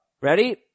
Ready